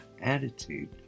attitude